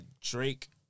Drake